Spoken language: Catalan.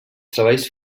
treballs